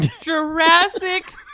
Jurassic